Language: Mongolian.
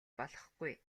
болохгүй